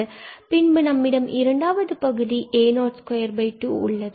பின்பு நம்மிடம் இரண்டாவது பகுதி a024 உள்ளது